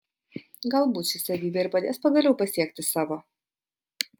galbūt ši savybė ir padės pagaliau pasiekti savo